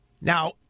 Now